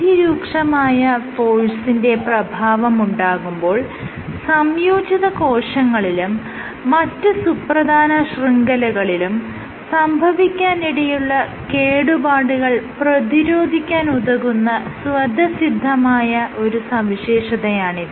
അതിരൂക്ഷമായ ഫോഴ്സിന്റെ പ്രഭാവമുണ്ടാകുമ്പോൾ സംയോജിത കോശങ്ങളിലും മറ്റ് സുപ്രധാന ശൃംഖലകളിലും സംഭവിക്കാനിടയുള്ള കേടുപാടുകൾ പ്രതിരോധിക്കാൻ ഉതകുന്ന സ്വതസിദ്ധമായ ഒരു സവിശേഷതയാണിത്